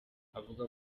avuga